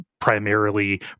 primarily